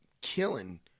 killing